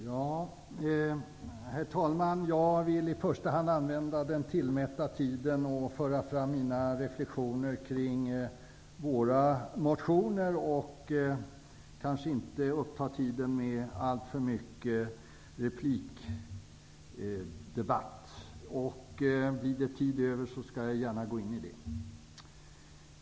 Herr talman! Jag vill använda den tilldelade tiden till att i första hand föra fram mina reflexioner kring våra motioner och inte alltför mycket uppta tiden med repliker. Blir det tid över skall jag gärna gå in i replikskiften.